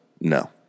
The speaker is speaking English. no